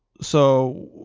so,